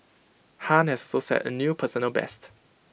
han has so set A new personal best